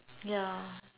ya